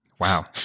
wow